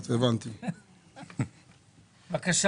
בבקשה.